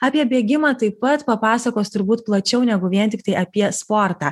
apie bėgimą taip pat papasakos turbūt plačiau negu vien tiktai apie sportą